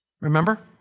Remember